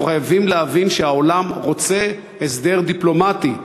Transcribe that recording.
אנחנו חייבים להבין שהעולם רוצה הסדר דיפלומטי,